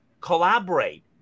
collaborate